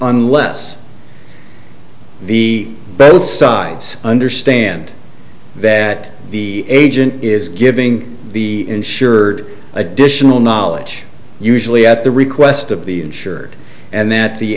unless the both sides understand that the agent is giving the insured additional knowledge usually at the request of the insured and that the